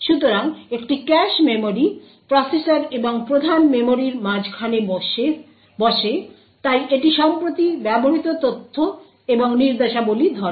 সুতরাং একটি cache memory processor এবং প্রধান মেমরির মাঝখানে বসে তাই এটি সম্প্রতি ব্যবহৃত তথ্য এবং নির্দেশাবলী ধরে